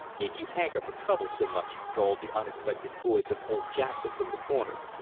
if you hanker for trouble so much, drawled the unexpected voice of old jackson from the corner,